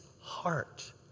heart